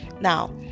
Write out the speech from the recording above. Now